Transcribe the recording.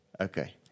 Okay